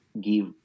give